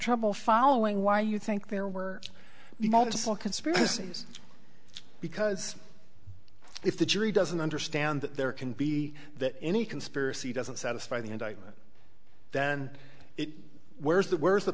trouble following why you think there were multiple conspiracies because if the jury doesn't understand that there can be that any conspiracy doesn't satisfy the indictment then it where's the where's the